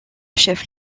chef